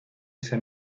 ese